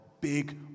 big